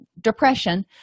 depression